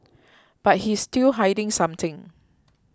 but he's still hiding something